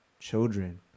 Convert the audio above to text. children